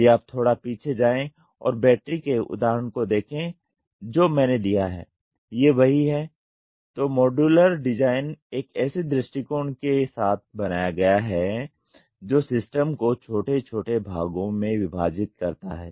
यदि आप थोड़ा पीछे जाये और बैटरी के उदाहरण को देखे जो मैंने दिया है ये वही है तो मॉड्यूलर डिज़ाइन एक ऐसे दृष्टिकोण के साथ बनाया गया है जो सिस्टम को छोटे भागों में विभाजित करता है